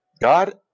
God